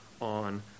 on